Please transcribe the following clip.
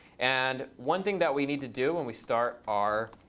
and one thing that we need to do when we start our